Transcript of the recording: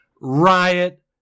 Riot